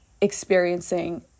experiencing